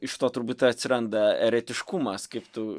iš to turbūt atsiranda eretiškumas kaip tu